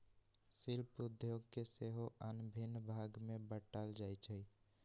शिल्प उद्योग के सेहो आन भिन्न भाग में बाट्ल जाइ छइ